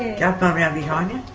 yeah around behind